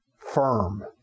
firm